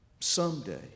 Someday